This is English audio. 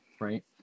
right